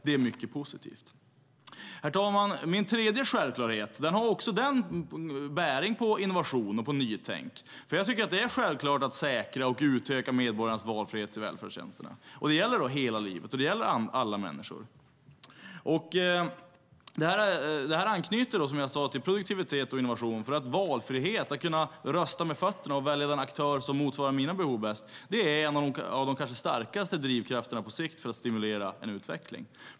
Det är mycket positivt. Herr talman! Min tredje självklarhet har också bäring på innovation och nytänk. Det är självklart att säkra och utöka medborgarnas valfrihet i välfärdstjänsterna. Det gäller hela livet och alla människor. Det anknyter som sagt till produktivitet och innovation för att valfrihet, att kunna rösta med fötterna och välja den aktör som bäst svarar mot de egna behoven, är en av de starkaste drivkrafterna på sikt för att stimulera utveckling.